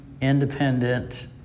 independent